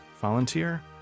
Volunteer